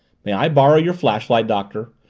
may i borrow your flashlight, doctor?